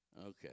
Okay